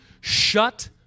shut